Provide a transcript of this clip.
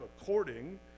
according